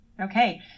Okay